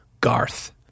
Garth